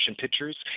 pictures